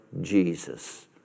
Jesus